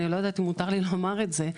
אני לא יודעת אם מותר לי לומר את זה,